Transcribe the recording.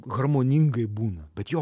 harmoningai būna bet jo